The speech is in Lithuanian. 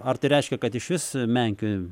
ar tai reiškia kad išvis menkių